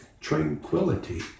tranquility